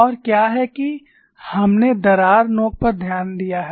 और क्या है कि हमने दरार नोक पर ध्यान दिया है